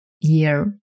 year